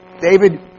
David